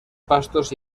pastos